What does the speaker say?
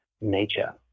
nature